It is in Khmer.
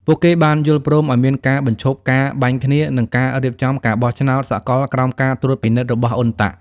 ពួកគេបានយល់ព្រមឱ្យមានការបញ្ឈប់ការបាញ់គ្នា និងការរៀបចំការបោះឆ្នោតសកលក្រោមការត្រួតពិនិត្យរបស់អ៊ុនតាក់ (UNTAC)។